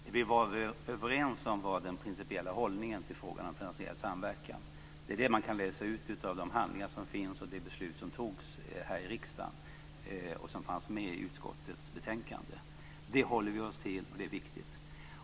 Fru talman! Det vi var överens om var den principiella hållningen till frågan om finansiell samverkan. Det är det man kan läsa ut av de handlingar som finns och det beslut som togs här i riksdagen och som fanns med i utskottets betänkande. Det håller vi oss till, och det är viktigt.